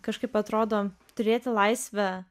kažkaip atrodo turėti laisvę